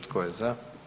Tko je za?